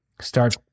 Start